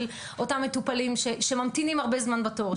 אותם מטופלים שממתינים הרבה זמן בתור,